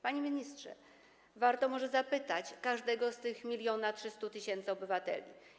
Panie ministrze, warto może zapytać każdego z tych 1300 tys. obywateli.